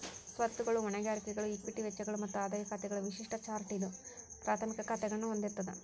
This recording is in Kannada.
ಸ್ವತ್ತುಗಳು, ಹೊಣೆಗಾರಿಕೆಗಳು, ಇಕ್ವಿಟಿ ವೆಚ್ಚಗಳು ಮತ್ತ ಆದಾಯ ಖಾತೆಗಳ ವಿಶಿಷ್ಟ ಚಾರ್ಟ್ ಐದು ಪ್ರಾಥಮಿಕ ಖಾತಾಗಳನ್ನ ಹೊಂದಿರ್ತದ